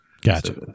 Gotcha